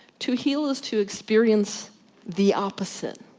to heal is to experience the opposite.